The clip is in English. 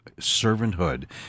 servanthood